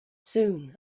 soon